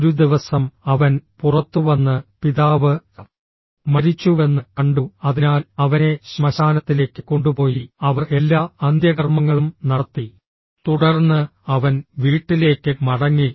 ഒരു ദിവസം അവൻ പുറത്തുവന്ന് പിതാവ് മരിച്ചുവെന്ന് കണ്ടു അതിനാൽ അവനെ ശ്മശാനത്തിലേക്ക് കൊണ്ടുപോയി അവർ എല്ലാ അന്ത്യകർമങ്ങളും നടത്തി തുടർന്ന് അവൻ വീട്ടിലേക്ക് മടങ്ങി